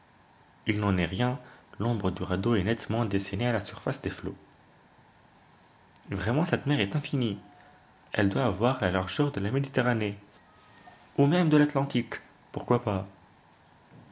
il n'en est rien l'ombre du radeau est nettement dessinée à la surface des flots vraiment cette mer est infinie elle doit avoir la largeur de la méditerranée ou même de l'atlantique pourquoi pas